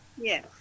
Yes